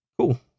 cool